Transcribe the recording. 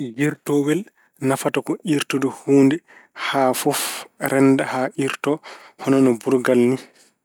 Giirtoowel nafata ko iirtude huunde haa fof rennda, haa iirto hono no burgal ni.